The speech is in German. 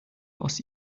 aus